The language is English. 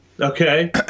Okay